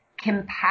compact